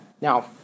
Now